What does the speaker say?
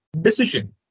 decision